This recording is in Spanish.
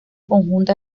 conjunta